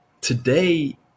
Today